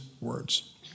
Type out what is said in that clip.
words